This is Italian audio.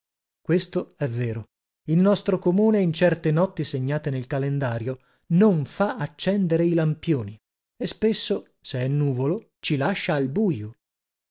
questo è vero il nostro comune in certe notti segnate nel calendario non fa accendere i lampioni e spesso se è nuvolo ci lascia al bujo